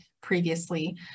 previously